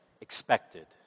expected